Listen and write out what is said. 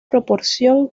proporción